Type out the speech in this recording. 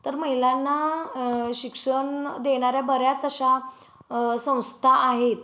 तर महिलांना शिक्षण देनाऱ्या बऱ्याच अशा संस्था आहेत